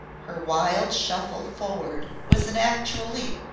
her wild shuffle forward was an actual leap.